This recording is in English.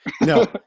No